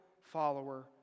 follower